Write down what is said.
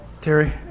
Terry